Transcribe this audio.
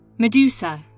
Medusa